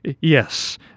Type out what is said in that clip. Yes